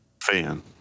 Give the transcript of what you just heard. fan